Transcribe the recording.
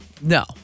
No